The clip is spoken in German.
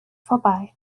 vorbei